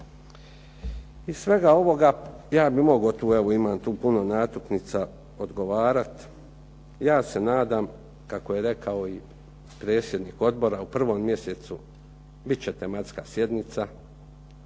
Iz svega ovoga, ja bi mogao tu, evo imam tu puno natuknica odgovarat, ja se nadam, kako je rekao i predsjednik odbora, u 1 mj. bit će tematska sjednica